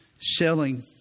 selling